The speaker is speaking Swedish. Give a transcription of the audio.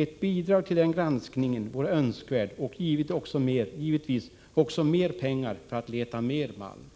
Ett bidrag till den granskningen vore önskvärd, liksom givetvis ytterligare pengar för att leta mera malm.